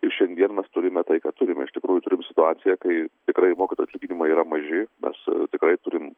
ir šiandien mes turime tai ką turime iš tikrųjų turim situaciją kai tikrai mokytojų atlyginimai yra maži mes tikrai turim